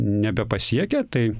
nebepasiekia tai